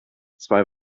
zwei